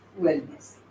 wellness